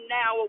now